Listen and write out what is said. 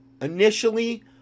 initially